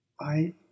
I